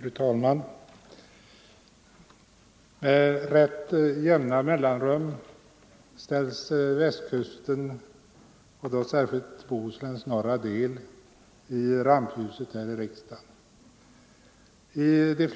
Fru talman! Med jämna mellanrum ställs Västkusten, och då särskilt Bohusläns norra del, i rampljuset här i riksdagen. I de